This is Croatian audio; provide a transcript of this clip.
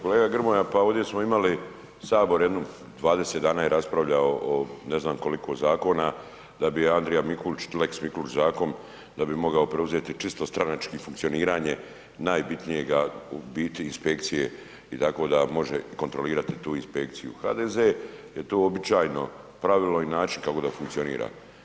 Kolega Grmoja, pa ovdje smo imali, HS jedno 20 dana je raspravljao o ne znam koliko zakona da bi Andrija Mikulić, lex Mikulić zakon, da bi mogao preuzeti čisto stranački funkcioniranje najbitnijega u biti inspekcije i tako da može kontrolirati tu inspekciju, HDZ je to uobičajeno pravilo i način kako da funkcionira.